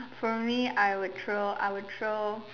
for me I would throw I would throw